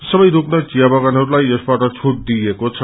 सबै स्रग्न चिया बगानहरूलाई यसबाट छूट दिइएको छ